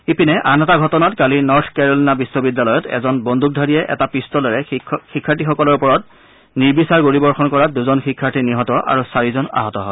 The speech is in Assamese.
ইপিনে আন এটা ঘটনাত কালি নৰ্থ কেৰোলিনা বিশ্ববিদ্যালয়ত এজন বন্দুকধাৰীয়ে এটা পিষ্টলেৰে শিক্ষাৰ্থীসকলৰ ওপৰত নিৰ্বিচাৰ গুলীবৰ্ষণ কৰাত দুজন শিক্ষাৰ্থী নিহত আৰু চাৰিজন আহত হয়